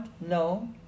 No